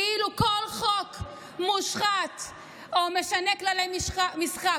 כאילו כל חוק מושחת או משנה כללי משחק